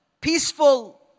peaceful